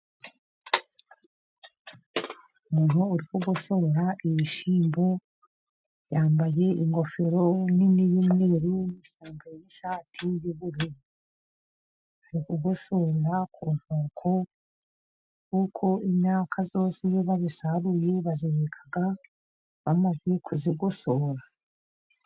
Umuzungu urimo kugosora ibishyimbo , yambaye ingofero nini y'umweru. Yambaye n'ishati y'ubururu. Ari kugosorera ku nkoko. kuko imyaka yose iyo bayisaruye, bayibika bamaze kuyigosora.